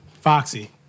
Foxy